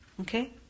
Okay